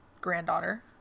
granddaughter